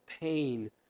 pain